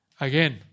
again